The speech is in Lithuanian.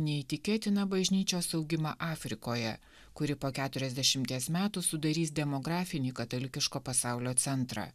neįtikėtiną bažnyčios augimą afrikoje kuri po keturiasdešimties metų sudarys demografinį katalikiško pasaulio centrą